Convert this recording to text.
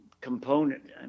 component